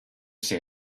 say